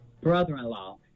brother-in-law